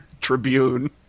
Tribune